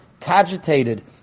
cogitated